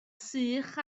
sych